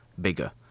bigger